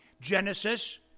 Genesis